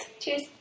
Cheers